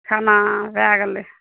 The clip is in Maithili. खाना भए गेलै